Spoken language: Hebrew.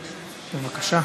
בבקשה.